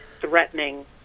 threatening